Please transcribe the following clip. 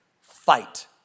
Fight